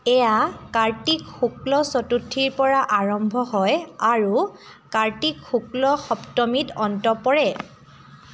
এয়া কাৰ্তিক শুক্ল চতুৰ্থীৰ পৰা আৰম্ভ হয় আৰু কাৰ্তিক শুক্ল সপ্তমীত অন্ত পৰে